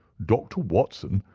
dr. watson,